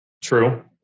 True